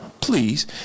please